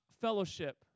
fellowship